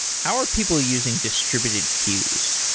how are people using distributed queues?